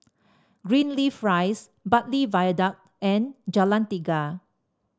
Greenleaf Rise Bartley Viaduct and Jalan Tiga